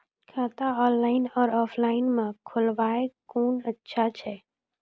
खाता ऑनलाइन और ऑफलाइन म खोलवाय कुन अच्छा छै?